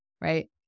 right